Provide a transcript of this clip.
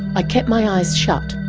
i kept my eyes shut,